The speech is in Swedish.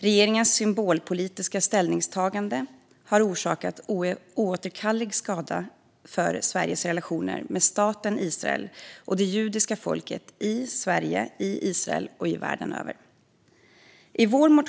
Regeringens symbolpolitiska ställningstagande har orsakat oåterkallelig skada för Sveriges relationer med staten Israel och det judiska folket i Sverige, i Israel och världen över.